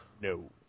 No